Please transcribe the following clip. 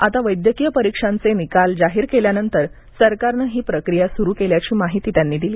आता वैद्यकीय परीक्षांचे निकाल जाहीर केल्यानंतर सरकारनं ही प्रक्रिया सुरू केल्याची माहिती त्यांनी दिली